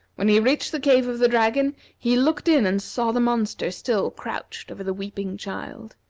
when he reached the cave of the dragon, he looked in and saw the monster still crouched over the weeping child.